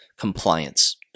compliance